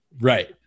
Right